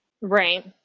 right